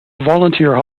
volunteer